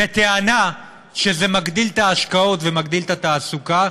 בטענה שזה מגדיל את ההשקעות ומגדיל את התעסוקה,